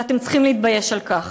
ואתם צריכים להתבייש על כך.